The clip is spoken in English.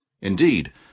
Indeed